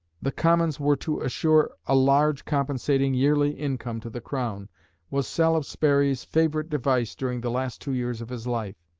the commons were to assure a large compensating yearly income to the crown was salisbury's favourite device during the last two years of his life.